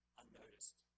unnoticed